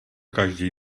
každý